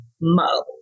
mo